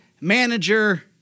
manager